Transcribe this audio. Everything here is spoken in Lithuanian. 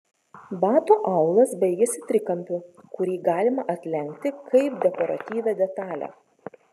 bato aulas baigiasi trikampiu kurį galima atlenkti kaip dekoratyvią detalę